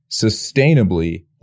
sustainably